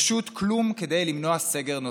פשוט כלום, כדי למנוע סגר נוסף.